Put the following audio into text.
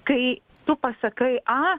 kai tu pasakai a